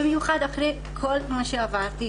במיוחד אחרי כל מה שעברתי